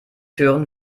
hören